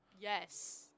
Yes